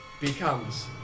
becomes